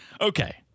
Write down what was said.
Okay